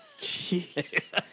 Jeez